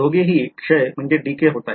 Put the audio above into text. दोघे हि क्षय होतोय